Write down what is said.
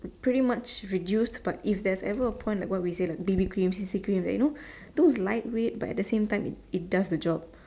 pretty much reduced but if there is ever a point like what we said like B_B cream C_C cream that you know those lightweight but at the same time it it does the job